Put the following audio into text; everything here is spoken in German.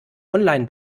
online